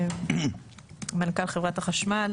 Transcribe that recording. מנכ"ל חברת החשמל,